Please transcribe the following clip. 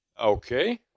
Okay